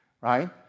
right